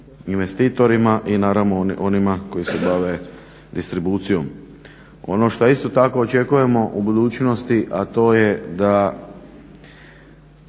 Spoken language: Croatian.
investitorima i naravno onima koji se bave distribucijom. Ono što je isto tako očekujemo u budućnosti, a to je da